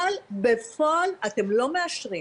אבל בפועל אתם לא מאשרים.